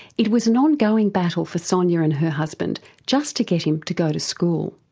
it was an ongoing battle for sonia and her husband just to get him to go to school.